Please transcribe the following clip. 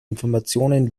informationen